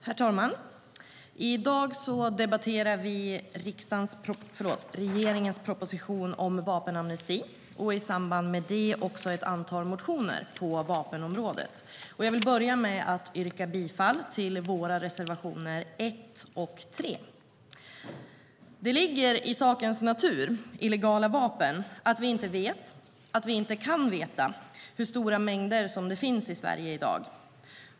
Herr talman! I dag debatterar vi regeringens proposition om vapenamnesti och i samband med det också ett antal motioner på vapenområdet. Jag vill börja med att yrka bifall till våra reservationer 1 och 3. Det ligger i sakens natur att vi inte kan veta hur stora mängder illegala vapen som finns i Sverige i dag.